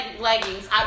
leggings